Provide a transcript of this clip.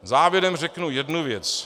Závěrem řeknu jednu věc.